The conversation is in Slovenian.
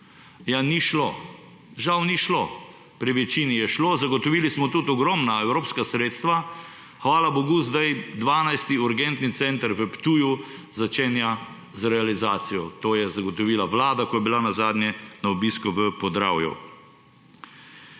Ni šlo, žal ni šlo, pri večini je šlo, zagotovili smo tudi ogromna evropska sredstva. Hvala bogu, sedaj 12. urgentni center na Ptuju začenja z realizacijo. To je zagotovila vlada, ko je bila nazadnje na obisku v Podravju.